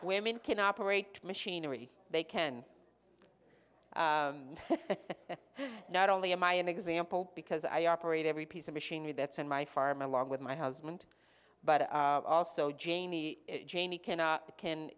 women can operate machinery they can not only am i an example because i operate every piece of machinery that's in my farm along with my husband but also jamie jamie can i can